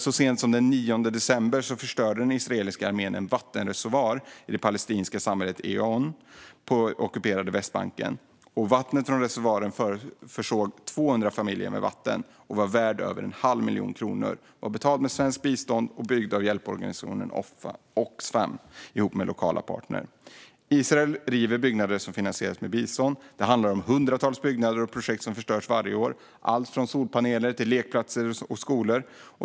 Så sent som den 9 december förstörde den israeliska armén en vattenreservoar i det palestinska samhället Einnoun på den ockuperade Västbanken. Reservoaren försåg 200 familjer med vatten och var värd över en halv miljon kronor. Den var betald med svenskt bistånd och byggd av hjälporganisationen Oxfam tillsammans med lokala partner. Israel river byggnader som har finansierats med bistånd. Det handlar om hundratals byggnader och projekt som förstörs varje år, allt från solpaneler till lekplatser och skolor.